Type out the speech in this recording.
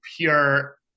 pure